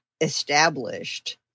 established